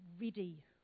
ready